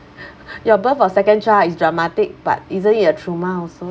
your birth of second child is dramatic but easily a trauma also